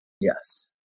Yes